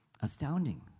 Astounding